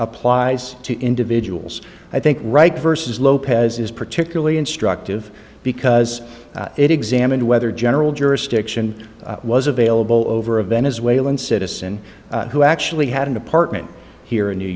applies to individuals i think right versus lopez is particularly instructive because it examined whether general jurisdiction was available over a venezuelan citizen who actually had an apartment here in new